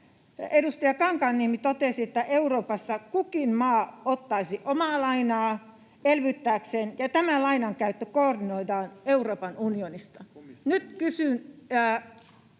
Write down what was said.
Edustaja Kankaanniemi totesi, että Euroopassa kukin maa ottaisi omaa lainaa elvyttääkseen ja tämä lainankäyttö koordinoitaisiin Euroopan unionista. Nyt kysyn